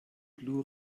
blu